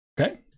Okay